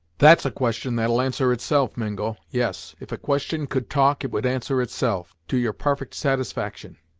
that's a question that'll answer itself, mingo! yes, if a question could talk it would answer itself, to your parfect satisfaction.